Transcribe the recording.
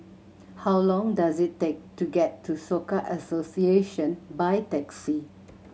how long does it take to get to Soka Association by taxi